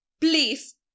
please